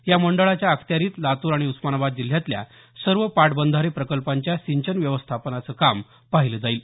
या मंडळाच्या अखत्यारीत लातूर आणि उस्मानाबाद जिल्ह्यातल्या सर्व पाटबंधारे प्रकल्पांच्या सिंचन व्यवस्थापनाचं काम पाहिलं जाईल